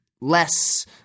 Less